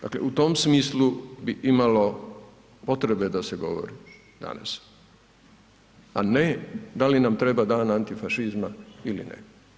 Dakle, u tom smislu bi imalo potrebe da se govori danas, a ne da li nam treba Dan antifašizma ili ne.